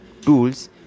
tools